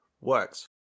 works